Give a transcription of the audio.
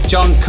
John